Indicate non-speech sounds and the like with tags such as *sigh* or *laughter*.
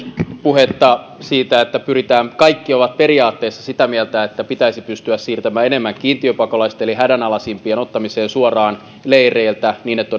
puhetta siitä että pyritään kaikki ovat periaatteessa sitä mieltä että pitäisi pystyä siirtämään enemmän kiintiöpakolaisia eli siirtyä hädänalaisimpien ottamiseen suoraan leireiltä niin että *unintelligible*